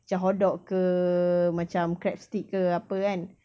macam hotdog ke macam crabstick ke apa kan